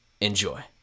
Enjoy